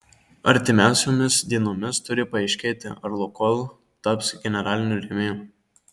artimiausiomis dienomis turi paaiškėti ar lukoil taps generaliniu rėmėju